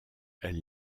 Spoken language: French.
elle